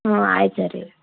ಹ್ಞೂ ಆಯ್ತು ಸರಿ ರೀ